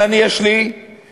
אבל אני, יש לי תעודות,